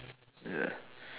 ya